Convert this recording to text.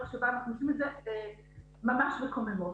שבה אנחנו עושים את זה ממש מקוממות.